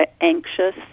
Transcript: anxious